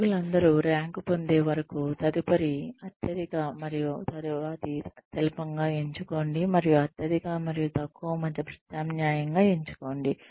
ఉద్యోగులందరూ rank పొందే వరకు తదుపరి అత్యధిక మరియు తరువాతి అత్యల్పంగా ఎంచుకోండి మరియు అత్యధిక మరియు తక్కువ మధ్య ప్రత్యామ్నాయంగా ఎంచుకోండి